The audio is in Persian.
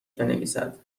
بنویسد